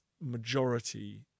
majority